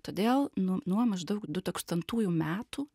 todėl nu nuo maždaug dutūkstantųjų metų